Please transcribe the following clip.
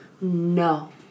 No